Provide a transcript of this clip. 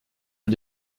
est